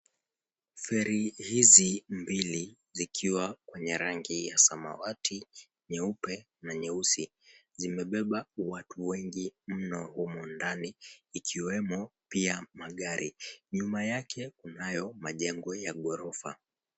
Feri hizi mbili zikiwa kwenye rangi ya samawati, nyeupe na nyeusi zimebeba watu wengi mno humo ndani ikiwemo pia magari. Nyuma yake kunayo majengo ya ghorofa.